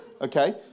Okay